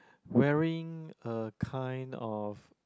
wearing a kind of